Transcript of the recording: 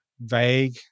vague